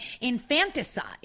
infanticide